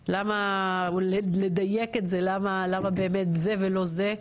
או לדייק את זה למה באמת זה ולא זה?